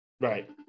Right